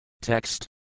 Text